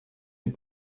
die